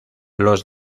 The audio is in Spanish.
los